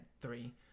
three